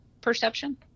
perception